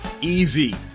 easy